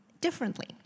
differently